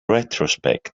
retrospect